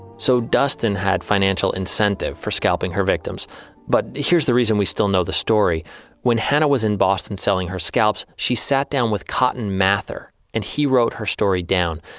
so duston had financial incentive for scalping her victims but here's the reason we still know the story when hannah was in boston selling her scalps, she sat down with cotton mather and he wrote her story down.